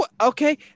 Okay